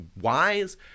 wise